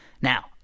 Now